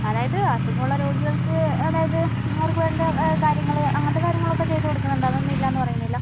അതായത് അസുഖമുള്ള രോഗികൾക്ക് അതായത് അവർക്ക് വേണ്ട കാര്യങ്ങള് അങ്ങനത്തെ കാര്യങ്ങള് ഒക്കെ ചെയ്ത് കൊടുക്കുന്നുണ്ട് അതൊന്നും ഇല്ലായെന്ന് പറയുന്നില്ല